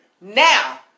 Now